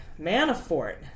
Manafort